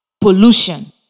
pollution